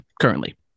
currently